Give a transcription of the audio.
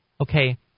Okay